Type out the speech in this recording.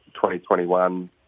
2021